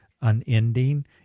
unending